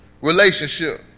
relationship